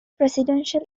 presidential